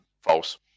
false